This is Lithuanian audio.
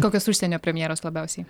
kokios užsienio premjeros labiausiai